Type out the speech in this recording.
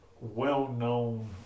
well-known